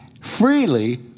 Freely